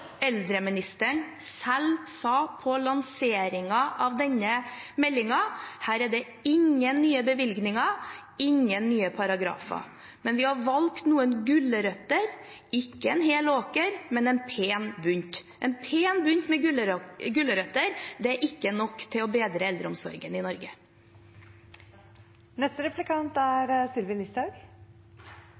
eldreministeren selv sa på lanseringen av denne meldingen: Da statsråden presenterte sin eldresatsing, sa hun at det kommer ingen nye paragrafer og ingen nye bevilgninger, men de hadde noen gulrøtter: «Ikke en hel åker, men en pen liten bunt». En pen bunt med gulrøtter er ikke nok til å bedre eldreomsorgen i